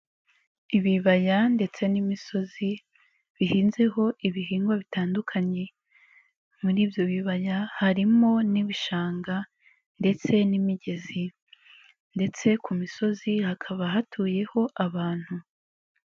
Ibibaya ndetse n'imisozi bihinzeho ibihingwa bitandukanye, muri ibyo bibaya harimo n'ibishanga ndetse n'imigezi ndetse ku misozi hakaba hatuyeho abantu.